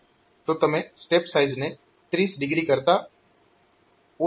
તો તમે સ્ટેપ સાઈઝને 30o કરતા ઓછી લઈ શકો છો